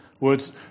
words